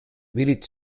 village